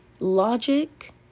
logic